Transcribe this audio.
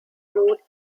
road